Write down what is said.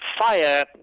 fire